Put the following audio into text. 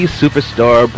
superstar